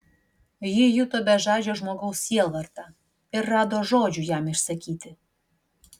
ji juto bežadžio žmogaus sielvartą ir rado žodžių jam išsakyti